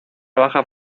baja